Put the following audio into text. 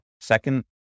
Second